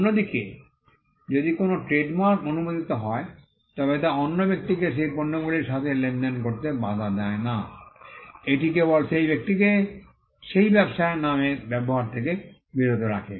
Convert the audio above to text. অন্যদিকে যদি কোনও ট্রেডমার্ক অনুমোদিত হয় তবে তা অন্য ব্যক্তিকে সেই পণ্যগুলির সাথে লেনদেন করতে বাধা দেয় না এটি কেবল সেই ব্যক্তিকে সেই ব্যবসায়ের নাম ব্যবহার করা থেকে বিরত রাখে